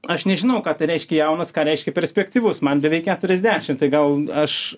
aš nežinau ką tai reiškia jaunas ką reiškia perspektyvus man beveik keturiasdešim tai gal aš